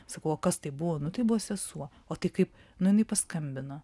sakau o kas tai buvo nu tai buvo sesuo o tai kaip nu jinai paskambino